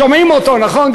שומעים אותו, נכון?